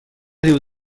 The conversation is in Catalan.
diu